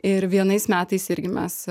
ir vienais metais irgi mes